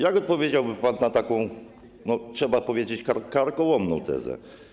Jak odpowiedziałby pan na taką, trzeba powiedzieć, karkołomną tezę?